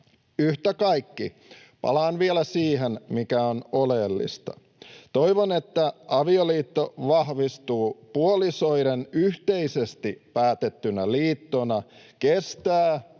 Yhtä kaikki, palaan vielä siihen, mikä on oleellista. Toivon, että avioliitto vahvistuu puolisoiden yhteisesti päätettynä liittona,